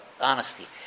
honesty